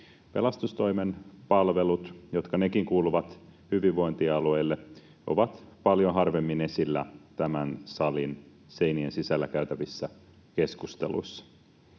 Pelastustoimen palvelut, jotka nekin kuuluvat hyvinvointialueille, ovat paljon harvemmin esillä tämän salin seinien sisällä käytävissä keskusteluissa,